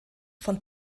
von